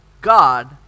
God